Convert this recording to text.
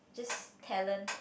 just talent